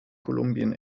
kolumbien